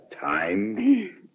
time